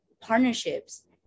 partnerships